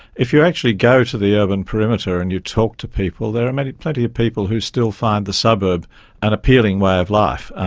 if you actually go to the urban perimeter and you talk to people, there are and plenty of people who still find the suburb an appealing way of life.